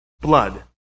blood